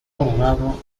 abogado